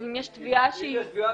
-- אם יש תביעה זה כבר